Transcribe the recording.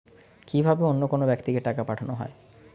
কি ভাবে অন্য কোনো ব্যাক্তিকে টাকা পাঠানো হয়?